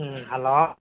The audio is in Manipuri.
ꯎꯝ ꯍꯜꯂꯣ